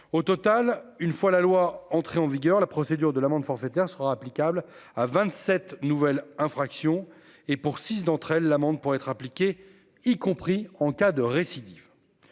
Au total, une fois la loi entrée en vigueur la procédure de l'amende forfaitaire sera applicable à 27 nouvelles infractions et pour six d'entre elles l'amende pour être appliquée, y compris en cas de récidive.